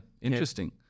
interesting